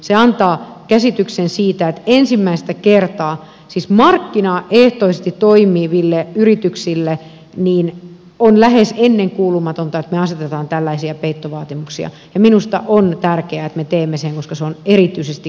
se antaa käsityksen siitä että ensimmäistä kertaa siis markkinaehtoisesti toimiville yrityksille tämä on lähes ennenkuulumatonta me asetamme tällaisia peittovaatimuksia ja minusta on tärkeää että me teemme sen koska se on erityisesti kuluttajien etu